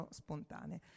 spontanee